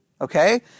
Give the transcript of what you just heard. Okay